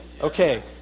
Okay